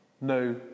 no